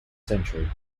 century